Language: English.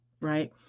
right